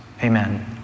Amen